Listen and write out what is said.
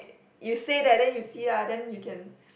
you say that then you see uh then you can